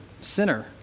center